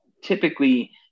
typically